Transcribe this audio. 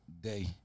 day